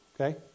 okay